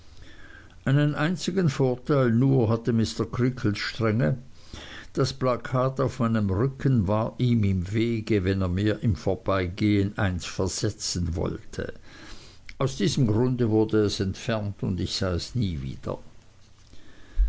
einzigen vorteil nur hatte mr creakles strenge das plakat auf meinem rücken war ihm im wege wenn er mir im vorbeigehen eins versetzen wollte aus diesem grunde wurde es entfernt und ich sah es nie wieder